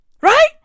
Right